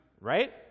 right